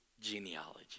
genealogy